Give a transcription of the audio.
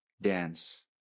dance